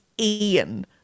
Ian